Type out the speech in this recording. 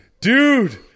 Dude